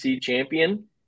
champion